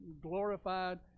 glorified